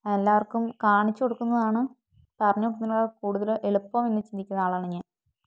എല്ലാവർക്കും കാണിച്ചുക്കൊടുക്കുന്നതാണ് പറഞ്ഞുകൊടുക്കുന്നതിനേക്കാൾ കൂടുതൽ എളുപ്പം എന്നു ചിന്തിക്കുന്ന ആളാണ് ഞാൻ